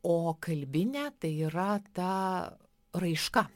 o kalbinė tai yra ta raiška